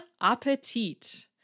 appetit